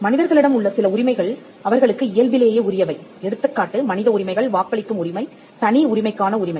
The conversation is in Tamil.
மனிதர்களிடம் உள்ள சில உரிமைகள் அவர்களுக்கு இயல்பிலேயே உரியவை எடுத்துக்காட்டு மனித உரிமைகள் வாக்களிக்கும் உரிமை தனி உரிமைக்கான உரிமை